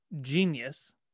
genius